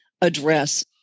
address